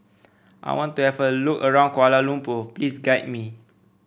I want to have a look around Kuala Lumpur please guide me